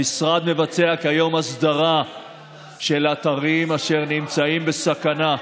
המשרד מבצע כיום הסדרה של אתרים אשר נמצאים בסכנה.